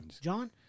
John